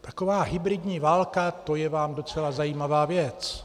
Taková hybridní válka, to je vám docela zajímavá věc.